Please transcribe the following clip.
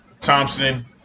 Thompson